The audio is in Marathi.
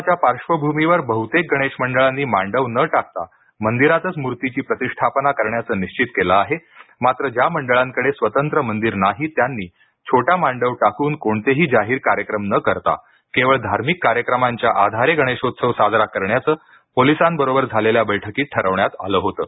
कोरोनाच्या पार्श्वभूमीवर बह्तेक गणेश मंडळांनी मांडव न टाकता मंदिरातच मूर्तीची प्रतिष्ठापना करण्याचं निश्वित केलं आहे मात्र ज्या मंडळांकडे स्वतंत्र मंदिर नाही त्यांनी छोटा मांडव टाकून कोणतेही जाहीर कार्यक्रम न करता केवळ धार्मिक कार्यक्रमांच्या आधारे गणेशोत्सव साजरा करण्याचं पोलिसांबरोबर झालेल्या बैठकीत ठरवण्यात आलं होतं